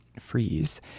freeze